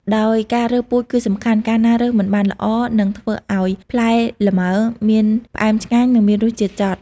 ដោយការរើសពូជគឺសំខាន់ កាលណារើសមិនបានល្អ នឹងធ្វើឱ្យផ្លែល្ម៉ើ មានផ្អែមឆ្ងាញ់ និងមានរសជាតិចត់។